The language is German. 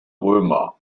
römer